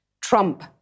trump